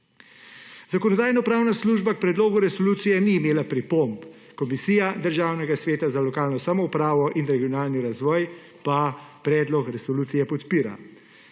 Zakonodajno-pravna služba k predlogu resolucije ni imela pripomb. Komisija državnega sveta za lokalno samoupravo in regionalni razvoj pa predlog resolucije podpira.